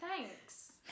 thanks